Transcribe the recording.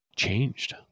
changed